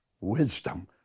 wisdom